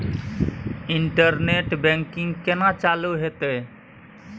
Internet banking केना चालू हेते?